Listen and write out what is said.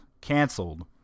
canceled